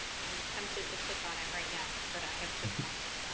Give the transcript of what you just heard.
like tempted to click on it right now, but i have to wrap